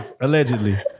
allegedly